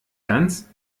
ganz